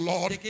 Lord